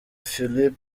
philip